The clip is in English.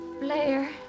Blair